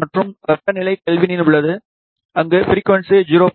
மற்றும் வெப்பநிலை கெல்வினில் உள்ளது அங்கு ஃபிரிக்குவன்ஸி 0